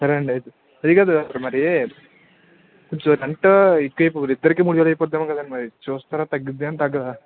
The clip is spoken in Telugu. సరే అండి అయితే అది కదు మరి కొంచెం అంట ఎక్కువైపో ఇద్దరికీ మూడు ఎక్కువైపోద్దేమో కదండి మరి చూస్తారా తగ్గిద్ది ఏమన్నా తగ్గదా